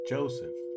Joseph